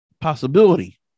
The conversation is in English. possibility